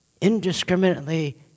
indiscriminately